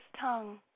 tongue